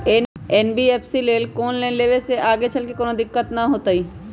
NBFC से loan लेबे से आगेचलके कौनो दिक्कत त न होतई न?